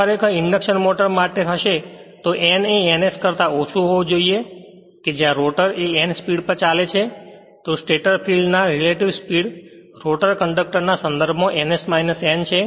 ખરેખર જો તે ઇન્ડક્શન મોટર માટે હશે તો n એ ns કરતા ઓછું હોવું જોઈએ કે જ્યાં રોટર એ n સ્પીડ પર ચાલે છે તો સ્ટેટર ફિલ્ડ ના રેલેટીવ સ્પીડ રોટર કંડક્ટર ના સદર્ભ માં ns n છે